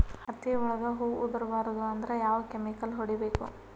ಹತ್ತಿ ಒಳಗ ಹೂವು ಉದುರ್ ಬಾರದು ಅಂದ್ರ ಯಾವ ಕೆಮಿಕಲ್ ಹೊಡಿಬೇಕು?